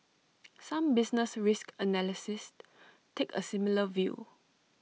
some business risk analysts take A similar view